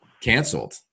canceled